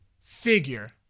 figure